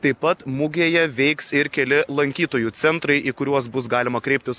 taip pat mugėje veiks ir keli lankytojų centrai į kuriuos bus galima kreiptis